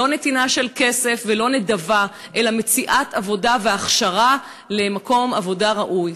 לא נתינה של כסף ולא נדבה אלא מציאת עבודה והכשרה למקום עבודה ראוי.